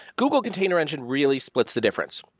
google container engine really splits the difference.